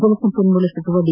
ಜಲಸಂಪನ್ಮೂಲ ಸಚಿವ ಡಿ